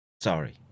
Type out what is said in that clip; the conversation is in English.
sorry